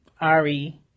Ari